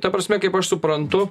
ta prasme kaip aš suprantu